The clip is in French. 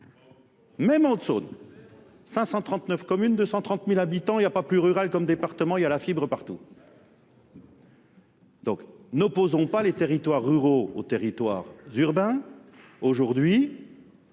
Même en haute zone. 539 communes, 230 000 habitants, il n'y a pas plus rural comme département, il y a la fibre partout. Donc, n'opposons pas les territoires ruraux aux territoires urbains. Aujourd'hui,